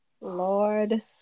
Lord